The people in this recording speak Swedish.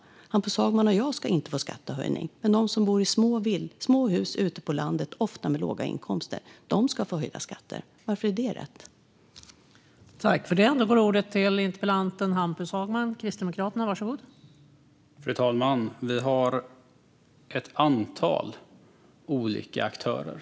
Hampus Hagman och jag ska inte få någon skattehöjning, men de som bor i små hus ute på landet och ofta har låga inkomster ska få höga skatter. Varför är det rätt?